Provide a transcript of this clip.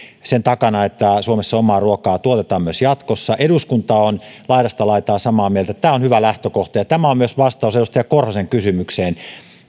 sen takana että suomessa omaa ruokaa tuotetaan myös jatkossa eduskunta on laidasta laitaan samaa mieltä tämä on hyvä lähtökohta tämä on myös vastaus edustaja korhosen kysymykseen